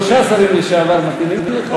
שלושה שרים לשעבר מתאימים לך?